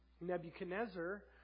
Nebuchadnezzar